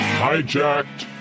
hijacked